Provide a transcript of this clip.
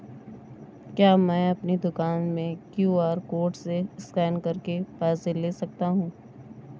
क्या मैं अपनी दुकान में क्यू.आर कोड से स्कैन करके पैसे ले सकता हूँ?